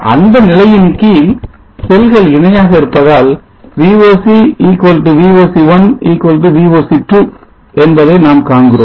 அந்த நிலையின்கீழ் செல்கள் இணையாக இருப்பதால் Voc Voc1 Voc2 என்பதை நாம் காண்கிறோம்